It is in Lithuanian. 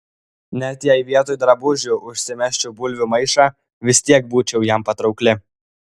net jei vietoj drabužių užsimesčiau bulvių maišą vis tiek būčiau jam patraukli